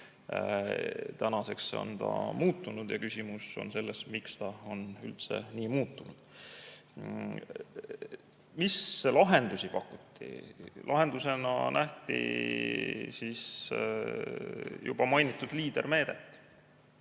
tänaseks on see muutunud ja küsimus on selles, miks see üldse on muutunud. Mis lahendusi pakuti? Lahendusena nähti juba mainitud Leader‑meedet.